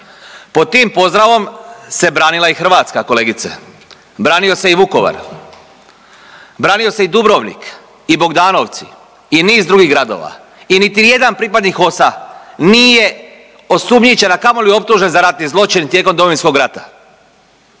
Pod tim pozdravom se branila i Hrvatska kolegice, branio se i Vukovar, branio se i Dubrovnik i Bogdanovci i niz drugih gradova i niti jedan pripadnik HOS-a nije osumnjičen, a kamoli optužen za ratni zločin tijekom Domovinskog rata.